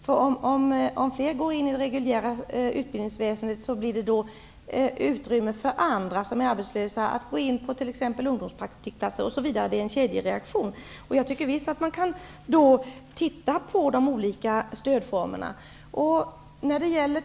Om fler går in i det reguljära utbildningsväsendet, blir det utrymme för andra arbetslösa att gå in på ungdomspraktikplatser osv. -- det är en kedjereaktion. Jag tycker visst att man kan titta på de olika stödformerna. kr.